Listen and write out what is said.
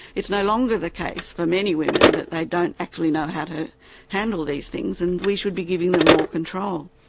it's no longer the case for many women that they don't actually know how to handle these things, and we should be giving them more control.